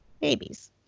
babies